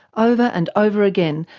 ah over and over again,